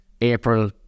April